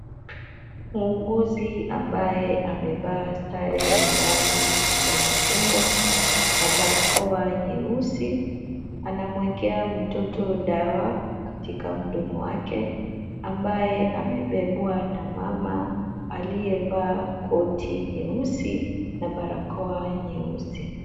Muuguzi ambaye amevaa sare ya rangi ya machungwa na barakoa nyeusi, anamwekea mtoto dawa katika mdomo wake, ambaye amebebwa na mama aliyevaa koti nyeusi na barakoa nyeusi.